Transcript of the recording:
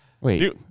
Wait